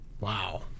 wow